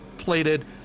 plated